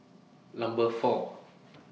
Number four